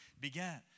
began